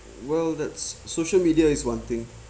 well that's social media is one thing